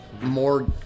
more